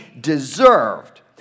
deserved